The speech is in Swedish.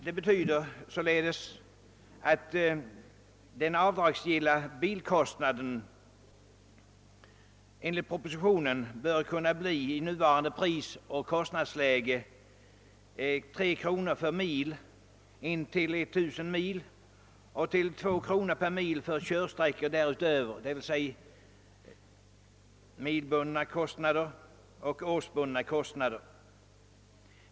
Enligt propositionen bör den avdragsgilla bilkostnaden i nuvarande prisoch kostnadsläge utgöra 3 kronor per mil intill 1 000 mil och 2 kronor per mil för körsträckor därutöver, d. v. s. för både milbundna och årsbundna kostnader.